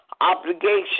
obligation